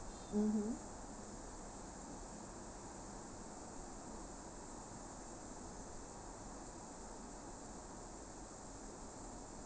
mmhmm